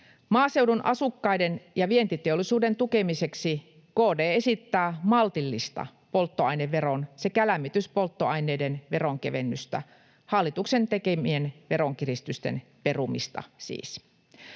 Maaseudun asukkaiden ja vientiteollisuuden tukemiseksi KD esittää maltillista polttoaineveron sekä lämmityspolttoaineiden veronkevennystä — hallituksen tekemien veronkiristysten perumista, siis.